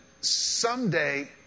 someday